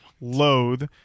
Loathe